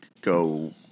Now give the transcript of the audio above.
go